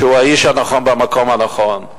שהוא האיש הנכון במקום הנכון,